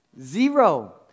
Zero